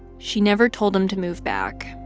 she never told him to move back,